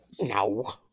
No